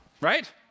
right